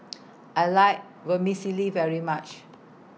I like Vermicelli very much